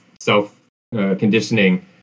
self-conditioning